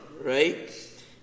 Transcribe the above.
right